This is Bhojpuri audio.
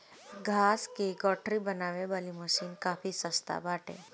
घास कअ गठरी बनावे वाली मशीन काफी सस्ता बाटे